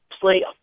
play